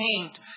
paint